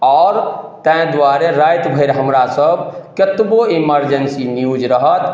आओर ताहि दुआरे राति भरि हमरा सब कतबो इमर्जेन्सी न्यूज रहत